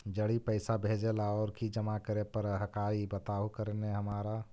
जड़ी पैसा भेजे ला और की जमा करे पर हक्काई बताहु करने हमारा?